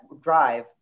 drive